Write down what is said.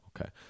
okay